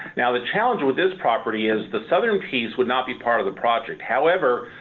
yeah the challenge with this property is the southern piece would not be part of the project. however,